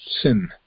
sin